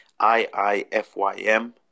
iifym